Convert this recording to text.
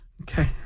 Okay